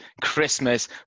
Christmas